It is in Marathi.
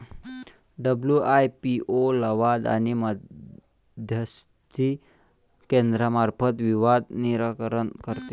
डब्ल्यू.आय.पी.ओ लवाद आणि मध्यस्थी केंद्रामार्फत विवाद निराकरण करते